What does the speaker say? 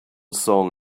song